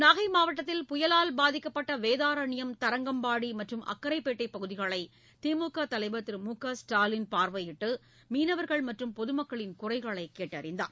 நாகை மாவட்டத்தில் புயலால் பாதிக்கப்பட்ட வேதாரண்யம் தரங்கம்பாடி மற்றும் அக்கரைப்பேட்டை பகுதிகளை கிமுக தலவர் திரு மு க ஸ்டாலின் பார்வையிட்டு மீனவர்கள் மற்றும் பொது மக்களின் குறைகளை கேட்டறிந்தார்